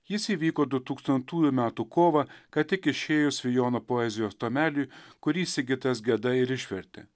jis įvyko du tūkstantųjų metų kovą ką tik išėjus vijono poezijos tomeliui kurį sigitas geda ir išvertė